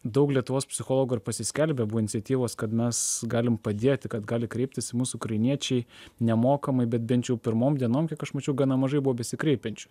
daug lietuvos psichologų ar pasiskelbė buvo iniciatyvos kad mes galim padėti kad gali kreiptis į mus ukrainiečiai nemokamai bet bent jau pirmom dienom kiek aš mačiau gana mažai buvo besikreipiančių